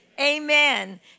amen